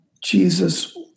Jesus